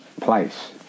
place